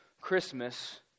Christmas